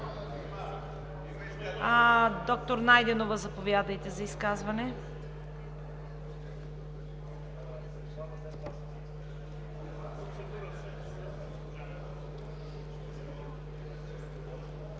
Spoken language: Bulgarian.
Д-р Найденова, заповядайте за изказване.